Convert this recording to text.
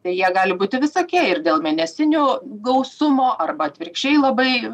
tai jie gali būti visokie ir dėl mėnesinių gausumo arba atvirkščiai labai